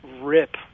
rip